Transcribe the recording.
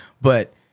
But-